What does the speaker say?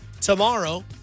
tomorrow